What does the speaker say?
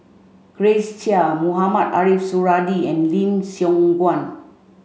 Grace Chia Mohamed Ariff Suradi and Lim Siong Guan